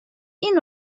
این